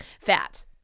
Fat